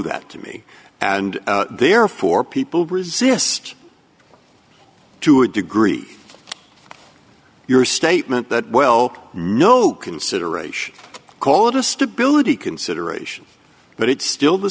that to me and therefore people resist to a degree your statement that well no consideration call it a stability consideration but it's still the